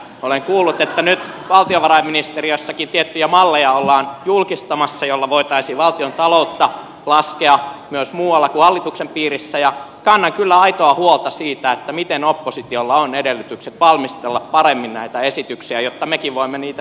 olen kuullut että nyt valtiovarainministeriössäkin tiettyjä malleja ollaan julkistamassa joilla voitaisiin valtiontaloutta laskea myös muualla kuin hallituksen piirissä ja kannan kyllä aitoa huolta siitä miten oppositiolla on edellytykset valmistella paremmin näitä esityksiä jotta mekin voimme niitä sitten arvioida